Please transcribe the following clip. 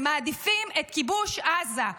הם מעדיפים את כיבוש עזה,